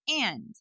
And-